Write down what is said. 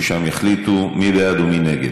ושם יחליטו מי בעד ומי נגד.